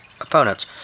opponents